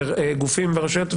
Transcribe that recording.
בגופים ברשויות,